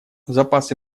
запасы